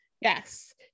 Yes